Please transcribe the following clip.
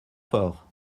fort